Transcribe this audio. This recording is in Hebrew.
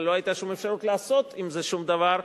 אבל לא היתה שום אפשרות לעשות עם זה שום דבר,